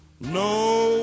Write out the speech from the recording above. no